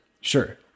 Sure